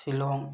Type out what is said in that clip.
Shillong